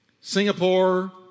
Singapore